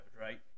right